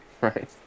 Right